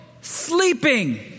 sleeping